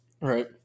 right